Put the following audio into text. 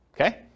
Okay